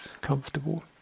comfortable